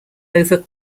over